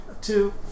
Two